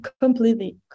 completely